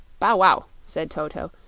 bow-wow! said toto,